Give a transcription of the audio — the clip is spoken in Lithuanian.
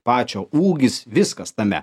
pačio ūgis viskas tame